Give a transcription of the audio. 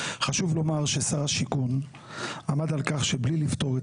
חשוב לומר ששר השיכון עמד על כך שבלי לפתור את